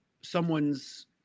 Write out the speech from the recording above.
someone's